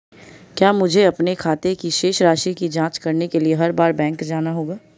क्या मुझे अपने खाते की शेष राशि की जांच करने के लिए हर बार बैंक जाना होगा?